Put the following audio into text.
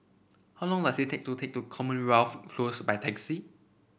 how long does it take to take to Commonwealth Close by taxi